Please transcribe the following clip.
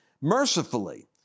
mercifully